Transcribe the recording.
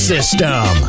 System